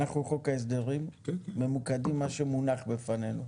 בחוק ההסדרים אנחנו ממוקדים במה שמונח בפנינו.